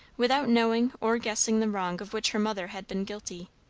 without knowing or guessing the wrong of which her mother had been guilty,